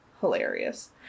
Hilarious